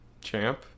champ